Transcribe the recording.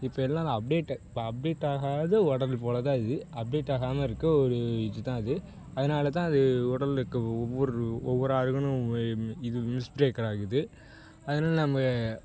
இப்போ எல்லாம் அது அப்டேட்டட் இப்போ அப்டேட் ஆகாத உடலு போல் தான் இது அப்டேட் ஆகாமல் இருக்க ஒரு இது தான் இது அதனால் தான் அது உடலுக்கு ஒவ்வொரு ஒவ்வொரு ஆர்கனும் இது மிஸ்ப்ரேக் ஆகுது அதனால் நம்ம